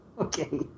Okay